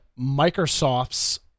Microsoft's